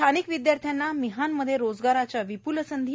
स्थानिक विद्यार्थ्यांना मिहानमध्ये रोजगाराच्या विपूल संधी